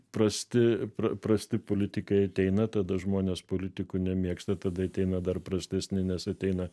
prasti prasti politikai ateina tada žmonės politikų nemėgsta tada ateina dar prastesni nes ateina